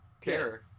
care